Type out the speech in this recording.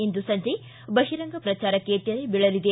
ಇಂದು ಸಂಜೆ ಬಹಿಂರಂಗ ಪ್ರಚಾರಕ್ಕೆ ತೆರೆ ಬೀಳಲಿದೆ